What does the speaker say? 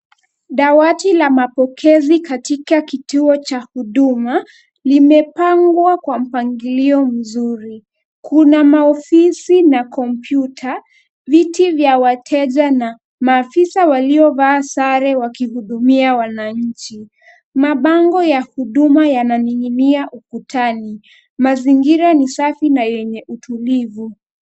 Dawati la mapokezi katika kituo cha huduma limepangwa kwa mpangilio mzuri. Kuna maofisi na kompyuta, viti vya wateja na maafisa waliovaa sare wakihudumia wananchi. Mabango ya huduma yananing'inia ukutani. Mazingira ni safi na yenye utulivu.